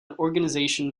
organization